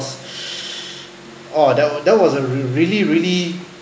oh that w~ that was a really really